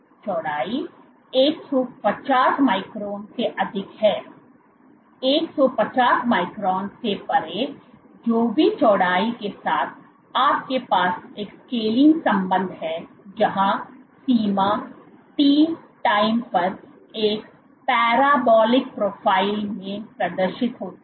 तो यह w चौड़ाई 150 माइक्रोन से अधिक है 150 माइक्रोन से परे जो भी चौड़ाई के साथ आपके पास एक स्केलिंग संबंध है जहां सीमा t टाइम पर एक पेराबोलिक प्रोफ़ाइल में प्रदर्शित होती है